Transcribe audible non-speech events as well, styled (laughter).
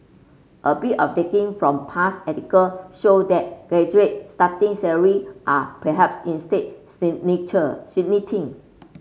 a bit of digging from past article show that graduate starting salary are perhaps instead (unintelligible) stagnating